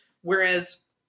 Whereas